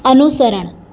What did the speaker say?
અનુસરણ